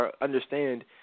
understand